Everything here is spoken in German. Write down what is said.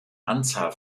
anzahl